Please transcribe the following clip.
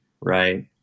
right